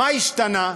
מה השתנה?